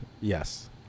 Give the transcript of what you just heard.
Yes